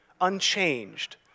unchanged